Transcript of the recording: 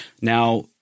now